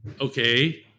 Okay